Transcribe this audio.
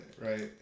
right